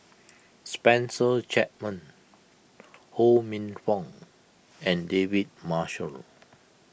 Spencer Chapman Ho Minfong and David Marshall